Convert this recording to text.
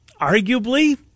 arguably